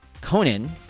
conan